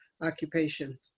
occupation